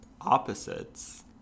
Opposites